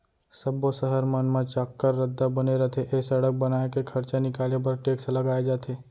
सब्बो सहर मन म चाक्कर रद्दा बने रथे ए सड़क बनाए के खरचा निकाले बर टेक्स लगाए जाथे